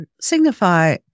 signify